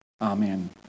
Amen